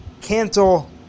cancel